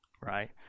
right